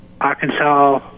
Arkansas